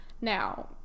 Now